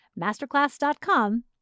Masterclass.com